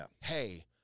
hey